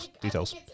details